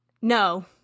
no